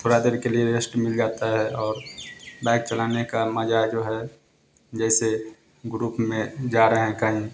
थोड़ा देर के लिए रेस्ट मिल जाता है और बाइक चलाने का मजा जो है जैसे ग्रुप में जा रहे हैं कहीं